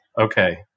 Okay